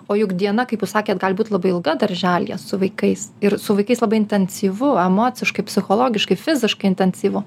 o juk diena kaip jūs sakėt gali būt labai ilga darželyje su vaikais ir su vaikais labai intensyvu emociškai psichologiškai fiziškai intensyvu